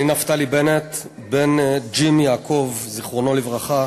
אני, נפתלי בנט בן ג'ים יעקב, זיכרונו לברכה,